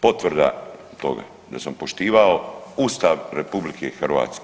Potvrda toga da sam poštivao Ustav RH.